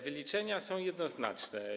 Wyliczenia są jednoznaczne.